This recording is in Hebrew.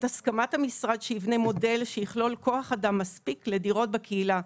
הסמכת המשרד שיבנה מודל שיכלול כוח אדם מספיק לדירות בקהילה.